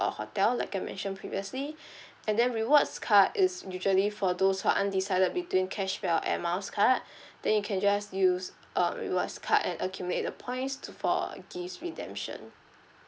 or hotel like I mentioned previously and then rewards card is usually for those who are undecided between cashback or air miles card then you can just use uh rewards card and accumulate the points for gifts redemption